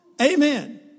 Amen